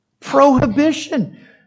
Prohibition